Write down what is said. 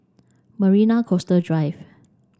Marina Coastal Drive